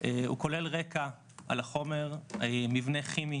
הוא כולל רקע על החומר, מבנה כימי